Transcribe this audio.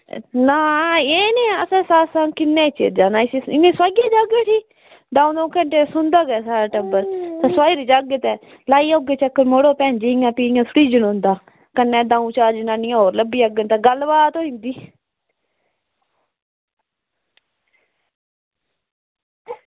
एह् असें सत्संग किन्ने चिर जाना इनेंगी सोआलियै जाह्गे ओड़ी दंऊ दंऊ घैंटे सौंदा गै टब्बर अस आई बी जाह्गे लाई औगे चक्कर मड़ो भैन जी इंया निं जनोंदा कन्नै दंऊ चार जनानियां होर लब्भन तां गल्ल बात होई जंदी